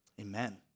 Amen